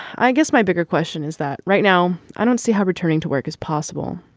i guess my bigger question is that right now i don't see how returning to work is possible.